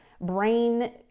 brain